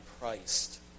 Christ